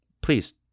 please